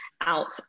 out